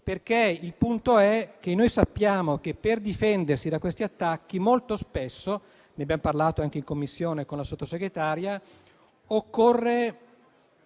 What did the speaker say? artificiale. Noi sappiamo che, per difendersi da questi attacchi, molto spesso - ne abbiamo parlato anche in Commissione con la Sottosegretaria - occorre,